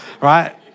Right